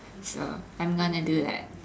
so I am gonna do that